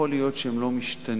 יכול להיות שהם לא משתנים